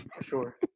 Sure